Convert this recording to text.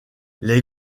les